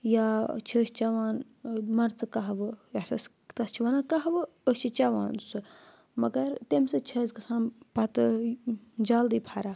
یا چھِ أسۍ چَوان مَرژٕ کَہوٕ یَتھ أسۍ تَتھ چھِ وَنان کَہوٕ أسۍ چھِ چَوان سُہ مگر تمہِ سۭتۍ چھِ اَسہِ گژھان پَتہٕ جلدی فَرق